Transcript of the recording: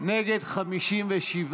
נגד מדינת ישראל (תיקוני חקיקה),